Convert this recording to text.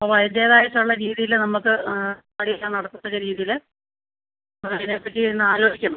ഓ അതിൻറ്റേതായിട്ടുള്ള രീതീയിൽ നമുക്ക് പരീക്ഷ നടക്കത്തക്ക രീതീയിൽ അതിനെ പറ്റി ഒന്ന് ആലോചിക്കണം